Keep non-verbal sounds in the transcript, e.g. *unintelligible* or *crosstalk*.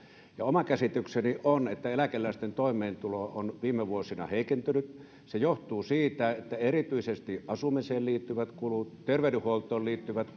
oma käsitykseni on että eläkeläisten toimeentulo on viime vuosina heikentynyt se johtuu siitä että erityisesti asumiseen liittyvät kulut terveydenhuoltoon liittyvät *unintelligible*